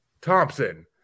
Thompson